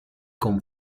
con